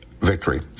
victory